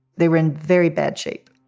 they were in very bad shape